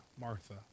Martha